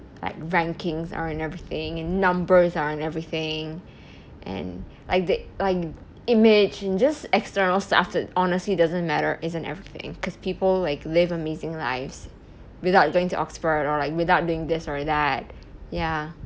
like rankings aren't everything and numbers aren't everything and like the like image and just external stuff t~ honestly doesn't matter isn't everything because people like live amazing lives without going to oxford or like without doing this or that ya